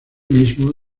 mismo